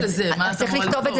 בחוק הזה, מה את אמורה לכתוב?